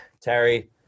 terry